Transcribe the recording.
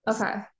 Okay